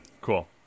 Cool